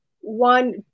one